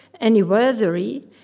anniversary